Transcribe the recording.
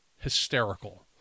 hysterical